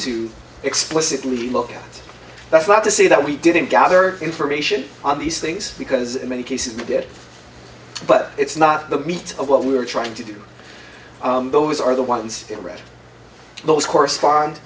to explicitly look at it that's not to say that we didn't gather information on these things because in many cases we did but it's not the meat of what we were trying to do those are the ones that read those correspond